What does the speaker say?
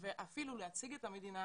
ואפילו לייצג את המדינה